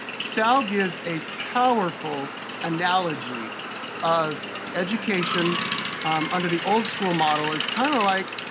sal gives a powerful analogy of education under the old school model is kind of like,